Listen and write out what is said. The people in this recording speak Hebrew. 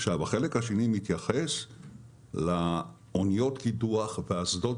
החלק השני מתייחס לאוניות קידוח ואסדות